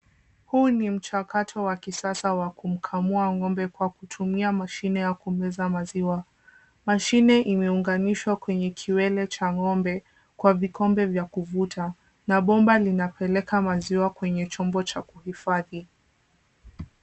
Huu ni mchakato wa kisasa wa kumkamua ng'ombe kwa kutumia mashine ya kumeza maziwa. Mashine imeunganishwa kwenye kiwele cha ng'ombe kwa vikombe vya kuvuta na bomba linapeleka maziwa kwenye chombo cha kuhifadhi.